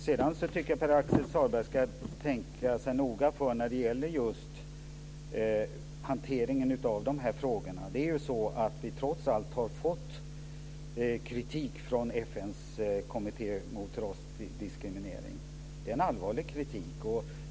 Sedan tycker jag att Pär-Axel Sahlberg ska tänka sig noga för när det gäller just hanteringen av dessa frågor. Vi har trots allt fått kritik från FN:s kommitté mot rasdiskriminering. Det är en allvarlig kritik.